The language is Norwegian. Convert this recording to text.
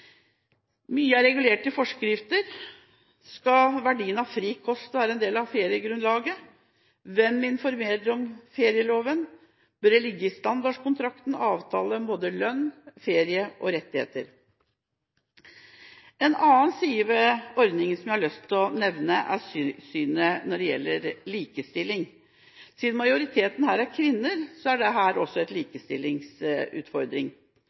Mye er regulert i forskrifter. Skal verdien av fri kost være en del av feriegrunnlaget? Hvem informerer om ferieloven? Bør det i standardkontrakten ligge en avtale om både lønn, ferie og rettigheter? En annen side ved ordningen som jeg har lyst til å nevne, er synet på likestilling. Siden majoriteten er kvinner, er dette også